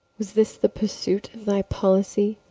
was this the pursuit of thy policy,